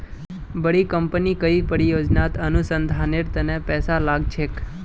बड़ी कंपनी कई परियोजनात अनुसंधानेर तने पैसा लाग छेक